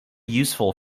useful